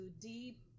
deep